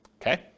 okay